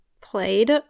played